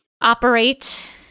operate